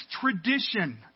tradition